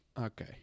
Okay